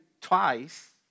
twice